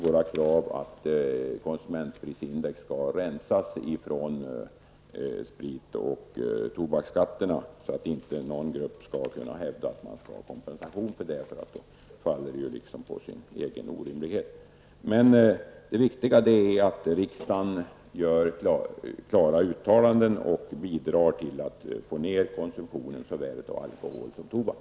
Vårt krav är att konsumentprisindex skall rensas från sprit och tobaksskatterna, så att inte någon grupp skall kunna hävda att man skall ha kompensation för dessa höjningar. Det faller liksom på sin egen orimlighet. Det viktiga är att riksdagen gör klara uttalanden och bidrar till att få ned konsumtionen av såväl alkohol som tobak.